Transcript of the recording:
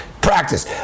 Practice